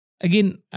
Again